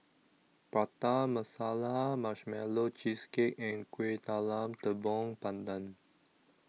Prata Masala Marshmallow Cheesecake and Kueh Talam Tepong Pandan